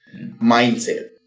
mindset